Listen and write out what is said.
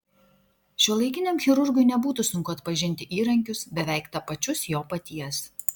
šiuolaikiniam chirurgui nebūtų sunku atpažinti įrankius beveik tapačius jo paties